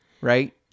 right